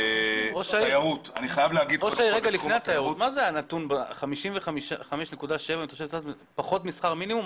מה זה הנתון 55.7, פחות משכר מינימום?